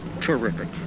Terrific